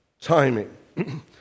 timing